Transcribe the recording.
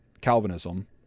Calvinism